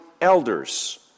elders